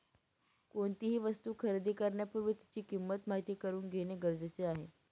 कोणतीही वस्तू खरेदी करण्यापूर्वी तिची किंमत माहित करून घेणे गरजेचे आहे